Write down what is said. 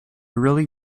really